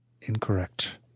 Incorrect